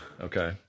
Okay